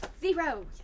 Zero